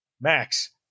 Max